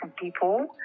people